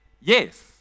yes